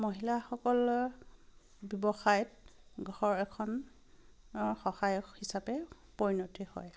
মহিলাসকলৰ ব্যৱসায়ত ঘৰ এখন সহায়ক হিচাপে পৰিণতি হয়